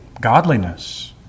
godliness